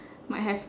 might have